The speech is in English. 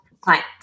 clients